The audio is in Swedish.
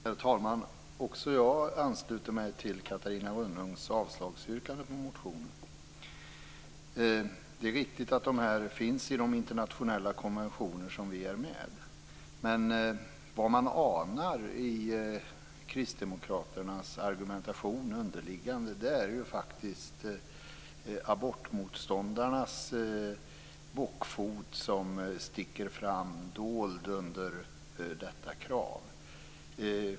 Herr talman! Också jag ansluter mig till Catarina Rönnungs yrkande om avslag på motionen. Det är riktigt att den här skrivningen finns i de internationella konventioner som vi har anslutit oss till, men man anar under kristdemokraternas argumentation faktiskt att abortmotståndarnas bockfot sticker fram dold under detta krav.